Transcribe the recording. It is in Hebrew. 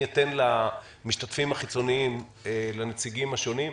אתן למשתתפים החיצוניים, לנציגים השונים להתייחס.